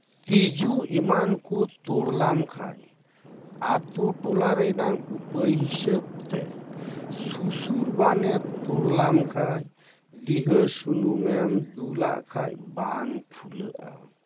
ᱛᱤᱡᱩ ᱮᱢᱟᱱ ᱠᱚ ᱛᱩᱲᱞᱮᱢ ᱠᱷᱟᱱ ᱟᱛᱳ ᱴᱚᱞᱟ ᱨᱮᱱᱟᱜ ᱩᱯᱟᱹᱭ ᱦᱤᱥᱟᱹᱵ ᱛᱮ ᱥᱩᱥᱩᱨ ᱵᱟᱱᱮ ᱛᱩᱲ ᱞᱮᱢᱠᱷᱟᱱ ᱫᱤᱣᱦᱟᱺ ᱥᱩᱱᱩᱢ ᱮᱢ ᱫᱩᱞ ᱟᱜ ᱠᱷᱟᱱ ᱵᱟᱝ ᱯᱷᱩᱞᱟᱹᱜᱼᱟ